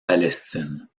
palestine